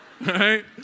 right